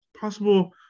possible